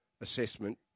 assessment